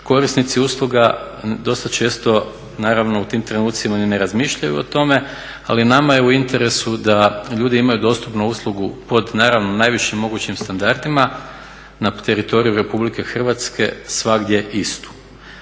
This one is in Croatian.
korisnici usluga dosta često naravno u tim trenucima ni ne razmišljaju o tome ali nama je u interesu da ljudi imaju dostupnu uslugu pod naravno najvišim mogućim standardima na teritoriju RH svagdje istu.